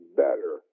better